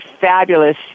fabulous